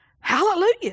hallelujah